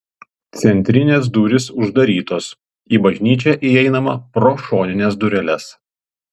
centrinės durys uždarytos į bažnyčią įeinama pro šonines dureles